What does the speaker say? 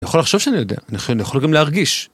אני יכול לחשוב שאני יודע, אני יכול גם להרגיש.